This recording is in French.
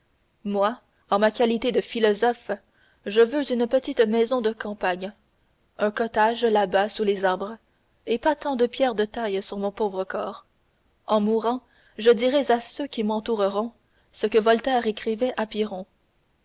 moi en ma qualité de philosophe je veux une petite maison de campagne un cottage là-bas sous les arbres et pas tant de pierres de taille sur mon pauvre corps en mourant je dirai à ceux qui m'entoureront ce que voltaire écrivait à